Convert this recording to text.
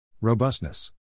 Robustness